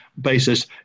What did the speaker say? basis